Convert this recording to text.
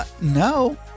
no